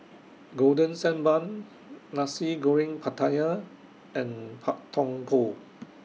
Golden Sand Bun Nasi Goreng Pattaya and Pak Thong Ko